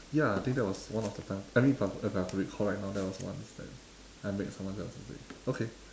ya I think that was one of the time I mean if I have if I have to recall right now that was once I make someone I made someone else's day okay